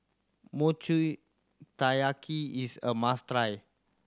Mochi Taiyaki is a must try